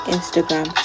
Instagram